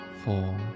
four